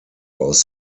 aus